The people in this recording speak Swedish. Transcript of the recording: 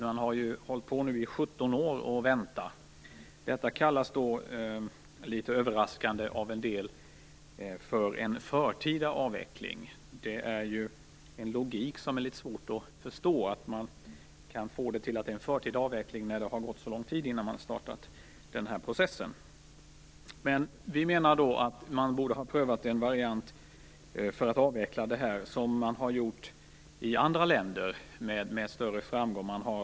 Man har ju nu väntat i 17 år. Detta kallas av en del - litet överraskande - för en förtida avveckling. Hur man kan få det till en förtida avveckling när det har gått så lång tid innan man startat den processen är litet svår att förstå. Vi menar att man borde ha prövat en variant för att avveckla kärnkraften som har prövats med större framgång i andra länder.